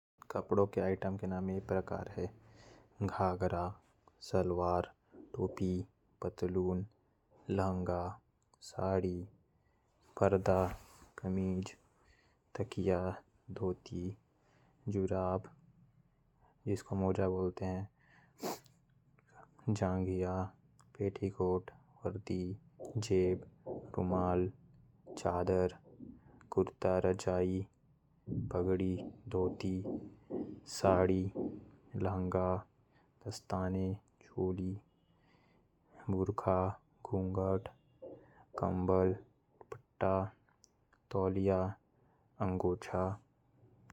कपड़ों के आइटम के नाम ये प्रकार है। घाघरा, सलवार, टोपी, पतलून, धोती, मोजा। पेटीकोट, पगड़ी, दस्ताने, कम्बल, दस्तान, स्वेटर।